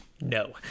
no